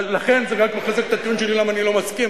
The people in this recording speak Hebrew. לכן זה רק מחזק את הטיעון שלי למה אני לא מסכים,